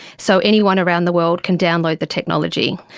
so anyone around the world can download the technology.